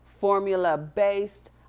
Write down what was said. formula-based